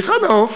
היכן העוף?